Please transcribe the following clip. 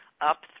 up